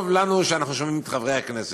טוב לנו שאנחנו שומעים את חברי הכנסת.